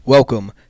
Welcome